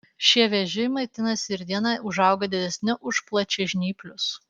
šie vėžiai maitinasi ir dieną užauga didesni už plačiažnyplius